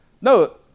No